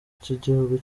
cy’igihugu